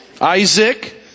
Isaac